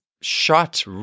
shot